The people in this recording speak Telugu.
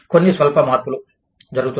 కొన్ని స్వల్ప మార్పులు జరుగుతున్నాయి